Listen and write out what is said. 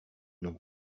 non